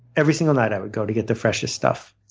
every single night i would go to get the freshest stuff.